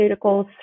pharmaceuticals